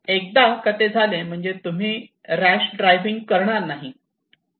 एकदा का ते झाले म्हणजे तुम्ही रॅश ड्रायव्हिंग करणार नाही